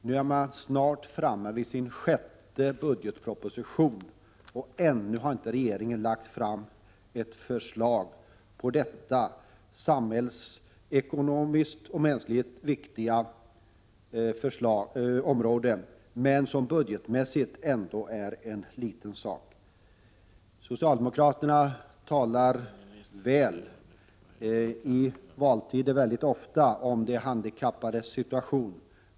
Nu är regeringen snart framme vid sin sjätte budgetproposition, och ännu har inte regeringen lagt fram ett förslag på detta samhällsekonomiskt och mänskligt viktiga område, men som budgetmässigt ändå är en liten fråga. Socialdemokraterna talar i valtider väldigt ofta väl om de handikappade.